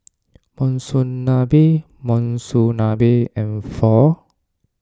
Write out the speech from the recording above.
Monsunabe Monsunabe and Pho